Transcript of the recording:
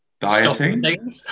dieting